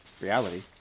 reality